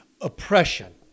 Oppression